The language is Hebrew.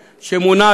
ואני מסיים,